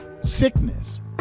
sickness